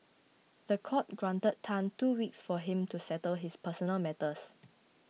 the court granted Tan two weeks for him to settle his personal matters